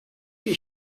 your